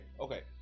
okay